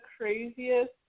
craziest